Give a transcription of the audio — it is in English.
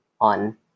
on